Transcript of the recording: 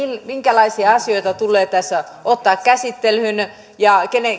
minkälaisia asioita tulee tässä ottaa käsittelyyn ja